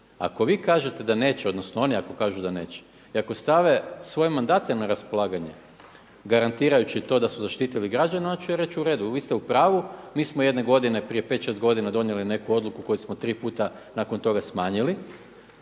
Ako vi kažete da neće, odnosno oni ako kažu da neće i ako stave svoje mandate na raspolaganje garantirajući to da su zaštitili građane onda ću ja reći u redu, vi ste u pravu, mi smo jedne godine prije 5, 6 godina donijeli neku odluku koju smo tri puta nakon toga smanjili.